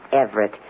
Everett